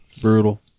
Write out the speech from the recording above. Brutal